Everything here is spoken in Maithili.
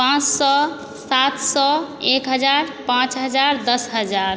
पाँच सए सात सए एक हज़ार पाँच हजार दश हजार